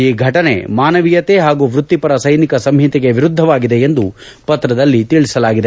ಈ ಘಟನೆ ಮಾನವೀಯತೆ ಹಾಗೂ ವೃತ್ತಿಪರ ಸೈನಿಕ ಸಂಹಿತೆಗೆ ವಿರುದ್ದವಾಗಿದೆ ಎಂದು ಪತ್ರದಲ್ಲಿ ತಿಳಿಸಲಾಗಿದೆ